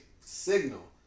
signal